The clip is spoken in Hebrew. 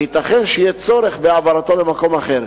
וייתכן שיהיה צורך בהעברתו למקום אחר.